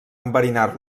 enverinar